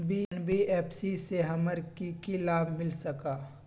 NBFC से हमार की की लाभ मिल सक?